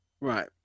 Right